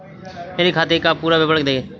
मेरे खाते का पुरा विवरण दे?